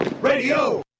radio